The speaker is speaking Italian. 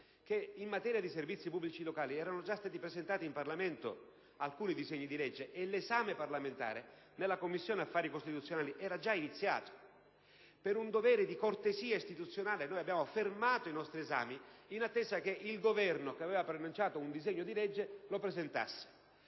che, in materia di servizi pubblici locali, erano già stati presentati in Parlamento alcuni disegni di legge e che l'esame parlamentare nella Commissione affari costituzionali era già iniziato. Per un dovere di cortesia istituzionale noi abbiamo fermato l'esame in attesa che il Governo, che aveva preannunciato un disegno di legge, lo presentasse.